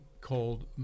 called